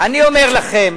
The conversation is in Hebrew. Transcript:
אני אומר לכם,